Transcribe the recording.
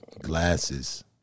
Glasses